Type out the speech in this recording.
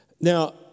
Now